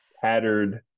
Tattered